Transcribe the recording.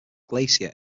glacier